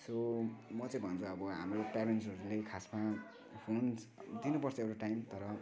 so म चाहिँ भन्छु अब हाम्रो प्यारेन्ट्सहरूले खासमा फोन दिनुपर्छ एउटा टाइम तर